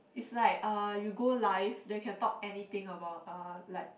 is like uh you go live then you can talk anything about uh like